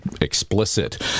explicit